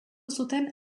zuten